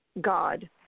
god